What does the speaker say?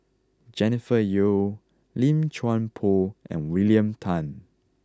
Jennifer Yeo Lim Chuan Poh and William Tan